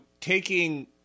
taking